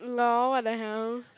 lol !what the hell!